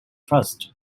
crust